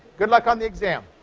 good luck on the exam.